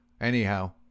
Anyhow